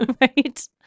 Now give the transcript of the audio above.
right